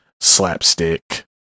slapstick